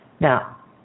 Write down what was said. Now